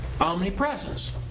Omnipresence